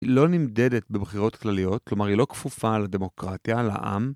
‫היא לא נמדדת בבחירות כלליות, ‫כלומר, היא לא כפופה לדמוקרטיה, לעם.